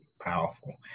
powerful